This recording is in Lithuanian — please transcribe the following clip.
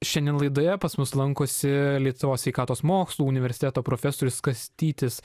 šiandien laidoje pas mus lankosi lietuvos sveikatos mokslų universiteto profesorius kastytis